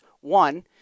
One